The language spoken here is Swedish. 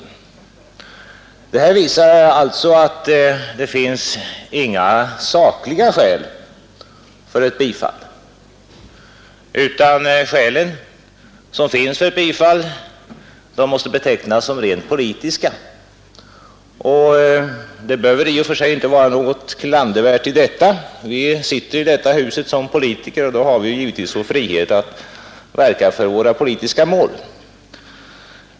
Det här visar att det inte finns några sakliga skäl för ett bifall till motionen, utan de skäl som finns måste betecknas som rent politiska. Det bör väl i och för sig inte vara något klandervärt; vi sitter i detta hus som politiker, och då har vi givetvis vår frihet att verka för våra politiska mål.